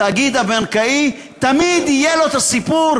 התאגיד הבנקאי תמיד יהיה לו הסיפור